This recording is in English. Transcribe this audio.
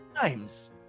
times